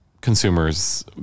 consumers